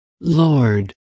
Lord